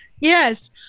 yes